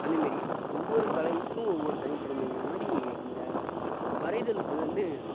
அந்த மாரி ஒவ்வொரு கலைக்கும் ஒவ்வொரு தனித்திறமைங்கிற மாதிரி இந்த வரைதலுக்கு வந்து